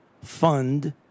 fund